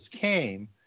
came